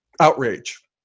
outrage